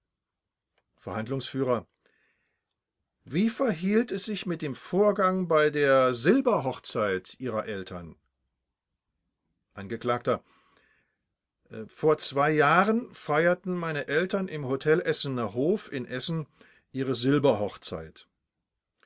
verhandlungsf wie verhielt es sich mit dem vorgang bei der silberhochzeit ihrer eltern angekl vor zwei jahren feierten meine eltern im hotel essener hof in essen ihre